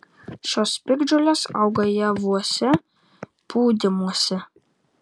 šios piktžolės auga javuose pūdymuose